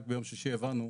רק ביום שישי הבנו,